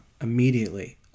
immediately